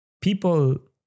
People